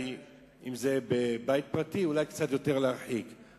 ואם זה בבית פרטי אולי להרחיק קצת יותר,